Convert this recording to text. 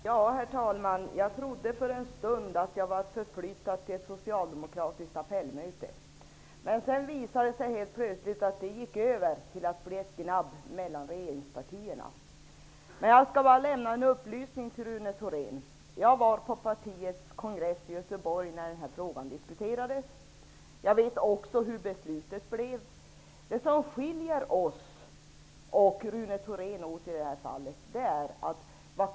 Herr talman! Jag trodde för en stund att jag var förflyttad till ett socialdemokratiskt appellmöte. Sedan visade det sig helt plötsligt att det gick över till att bli ett gnabb mellan regeringspartierna. Jag skall bara lämna en upplysning till Rune Thorén. Jag var på partiets kongress i Göteborg där denna frågade diskuterades. Jag vet också hur beslutet blev. Vad som skiljer oss och Rune Thorén åt är följande.